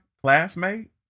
classmate